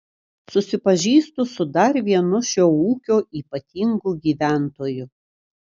susipažįstu su dar vienu šio ūkio ypatingu gyventoju